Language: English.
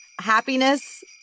happiness